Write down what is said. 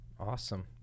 Awesome